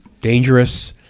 dangerous